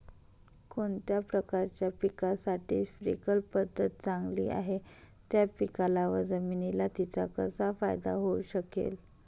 कोणत्या प्रकारच्या पिकासाठी स्प्रिंकल पद्धत चांगली आहे? त्या पिकाला व जमिनीला तिचा कसा फायदा होऊ शकेल?